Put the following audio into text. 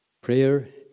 Prayer